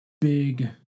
big